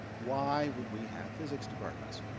why would we have physics departments?